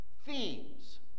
themes